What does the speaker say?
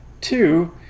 Two